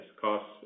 costs